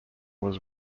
was